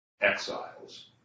exiles